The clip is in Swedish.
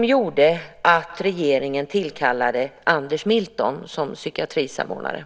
Det gjorde att regeringen tillkallade Anders Milton som psykiatrisamordnare.